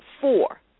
four